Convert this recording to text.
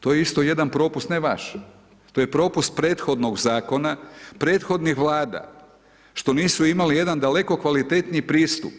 To je isto jedan propust, ne vaš, to je propust prethodnog zakona, prethodnih vlada, što nisu imali jedan daleko kvalitetniji pristup.